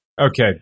Okay